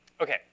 Okay